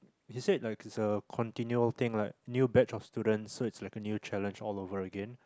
he said like it's a continual thing like new batch of students so it's like a new challenge all over again